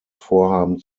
vorhaben